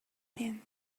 been